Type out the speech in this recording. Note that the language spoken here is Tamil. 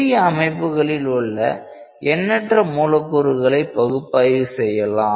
சிறிய அமைப்புகளில் உள்ள எண்ணற்ற மூலக்கூறுகளை பகுப்பாய்வு செய்யலாம்